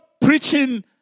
preaching